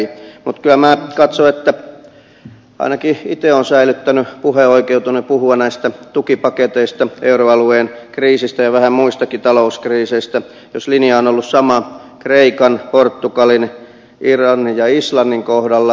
kyllä minä katson että ainakin itse olen säilyttänyt oikeuteni puhua näistä tukipaketeista euroalueen kriisistä ja vähän muistakin talouskriiseistä jos linja on ollut sama kreikan portugalin irlannin ja islannin kohdalla